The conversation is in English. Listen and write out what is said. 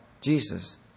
Jesus